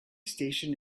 station